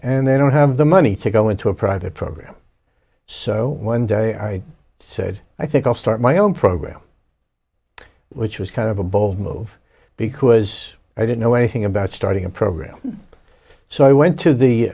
and they don't have the money to go into a private program so one day i said i think i'll start my own program which was kind of a bold move because i didn't know anything about starting a program so i went to the